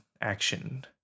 action